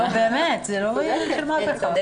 לא באמת, זה לא עניין של מה בכך.